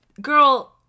Girl